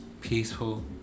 peaceful